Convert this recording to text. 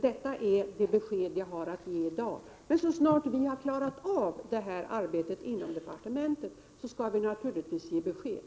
Detta är vad jag har att säga i dag. Men så snart vi har klarat av arbetet inom departementet skall vi naturligtvis ge besked.